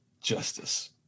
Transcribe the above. Justice